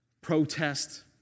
protest